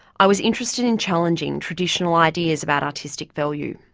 i was interested in challenging traditional ideas about artistic value.